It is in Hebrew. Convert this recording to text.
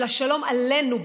אלא שלום עלינו,